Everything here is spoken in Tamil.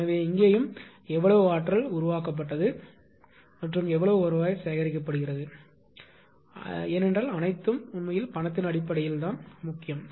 எனவே இங்கேயும் எவ்வளவு ஆற்றல் உருவாக்கப்படுகிறது மற்றும் எவ்வளவு வருவாய் சேகரிக்கப்படுகிறது ஏனென்றால் அனைத்தும் உண்மையில் பணத்தின் அடிப்படையில் முக்கியம்